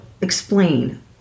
explain